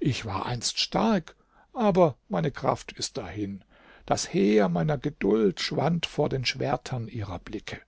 ich war einst stark aber meine kraft ist dahin das heer meiner geduld schwand vor den schwertern ihrer blicke